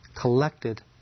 collected